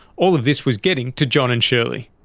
all of this was getting to john and shirley.